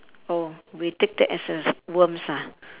oh we take that as a worms ah